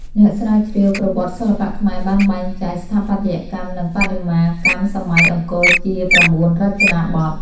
អ្នកស្រាវជ្រាវប្រវត្តិសិល្បៈខ្មែរបានបែងចែកស្ថាបត្យកម្ម និងបដិមាកម្មសម័យអង្គរជា ៩ រចនាបថ។